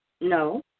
No